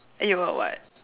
and you got what